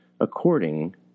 According